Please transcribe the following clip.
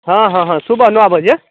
हँ हँ हँ हँ सुबह नओ बजे